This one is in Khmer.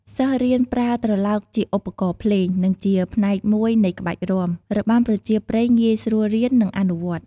សិស្សរៀនប្រើត្រឡោកជាឧបករណ៍ភ្លេង និងជាផ្នែកមួយនៃក្បាច់រាំ របាំប្រជាប្រិយងាយស្រួលរៀន និងអនុវត្ត។